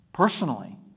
Personally